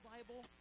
Bible